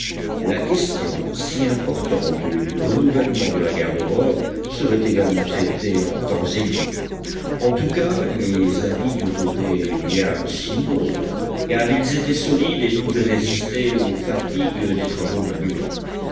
la question si importante du renouvellement de la garde-robe serait également traitée en temps et lieu en tout cas les habits dureraient bien six mois encore car ils étaient solides et pouvaient résister aux fatigues des travaux manuels